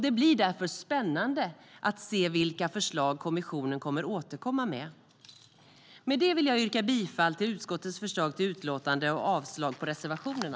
Det blir därför spännande att se vilka förslag kommissionen återkommer med. Med det yrkar jag bifall till utskottets förslag i utlåtandet och avslag på reservationerna.